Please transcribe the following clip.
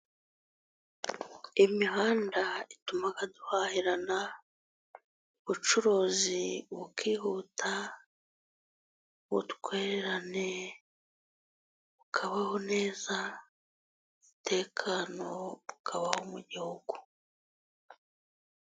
Imihanda ituma duhahirana, ubucuruzi bukihuta, utwererane bukabaho neza, umutekano ukabaho mu gihugu.